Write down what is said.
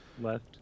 left